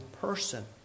person